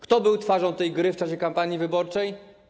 Kto był twarzą tej gry w czasie kampanii wyborczej?